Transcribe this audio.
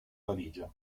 valigia